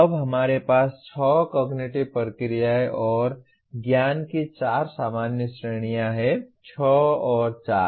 अब हमारे पास छह कॉग्निटिव प्रक्रियाएं और ज्ञान की चार सामान्य श्रेणियां हैं छह और चार